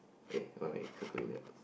eh why am I circling that